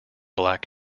black